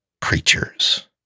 creatures